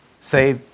say